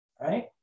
right